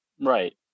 Right